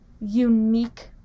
unique